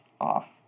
off